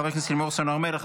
חברת הכנסת לימור סון הר מלך.